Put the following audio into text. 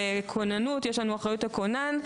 בכוננות יש לנו אחריות הכונן.